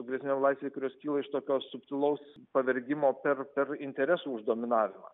su grėsmėm laisvei kurios kyla jau iš tokio subtilaus pavergimo per per interesų uždominavimą